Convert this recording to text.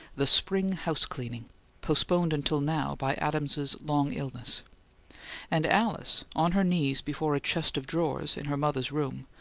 the spring house-cleaning postponed until now by adams's long illness and alice, on her knees before a chest of drawers, in her mother's room,